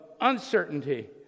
uncertainty